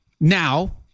now